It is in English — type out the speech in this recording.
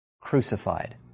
crucified